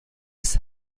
ist